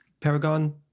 Paragon